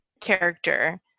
character